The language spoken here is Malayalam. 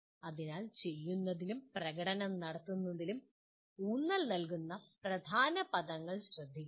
അതിനാൽ ചെയ്യുന്നതിലും പ്രകടനം നടത്തുന്നതിലും ഊന്നൽ നൽകുന്ന പ്രധാന പദങ്ങൾ ശ്രദ്ധിക്കുക